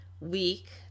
week